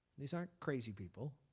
these aren't crazy people.